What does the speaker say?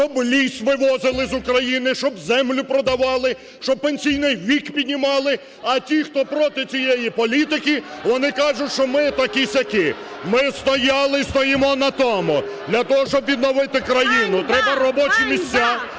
щоб ліс вивозили з України, щоб землю продавали, щоб пенсійний вік піднімали. А ті, хто проти цієї політики, вони кажуть, що ми отакі-сякі. Ми стояли і стоїмо на тому: для того, щоб відновити країну, треба робочі місця,